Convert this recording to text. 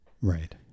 Right